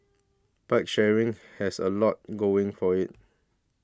bike sharing has a lot going for it